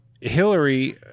Hillary